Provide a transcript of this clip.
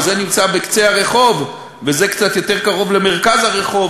או זה נמצא בקצה הרחוב וזה קצת יותר קרוב למרכז הרחוב.